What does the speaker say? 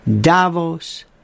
Davos